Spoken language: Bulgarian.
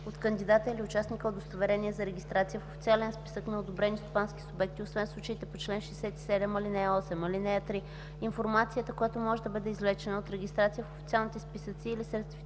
от кандидата или участника удостоверение за регистрация в официален списък на одобрени стопански субекти, освен в случаите по чл. 67, ал. 8. (3) Информацията, която може да бъде извлечена от регистрация в официални списъци или сертифициране,